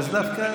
אז דווקא,